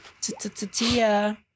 Tia